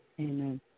Amen